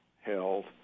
held